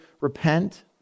repent